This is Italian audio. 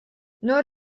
non